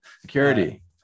Security